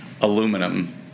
aluminum